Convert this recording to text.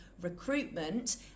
recruitment